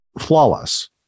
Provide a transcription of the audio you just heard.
flawless